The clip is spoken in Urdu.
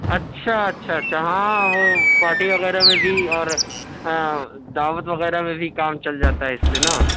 اچھا اچھا اچھا ہاں وہ پارٹی وغیرہ میں بھی اور دعوت وغیرہ میں بھی کام چل جاتا ہے اس سے نا